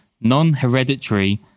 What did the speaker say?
non-hereditary